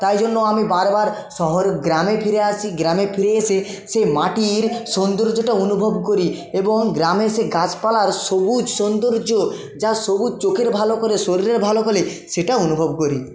তাই জন্য আমি বারবার শহর গ্রামে ফিরে আসি গ্রামে ফিরে এসে সে মাটির সৌন্দর্যটা অনুভব করি এবং গ্রামে এসে গাছপালার সবুজ সৌন্দর্য যা সবুজ চোখের ভালো করে শরীরের ভালো করে সেটা অনুভব করে